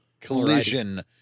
collision